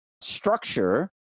structure